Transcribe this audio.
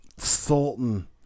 Sultan